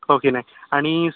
हो की नाही आणि